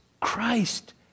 Christ